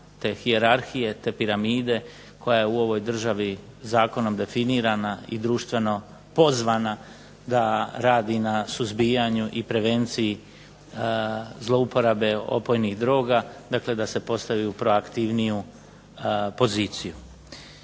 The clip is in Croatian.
te hijerarhije, te piramide koja je u ovoj državi zakonom definirana i društveno pozvana da radi na suzbijanju i prevenciji zlouporabe opojnih droga, dakle da se postavi u proaktivniju poziciju.